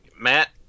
Matt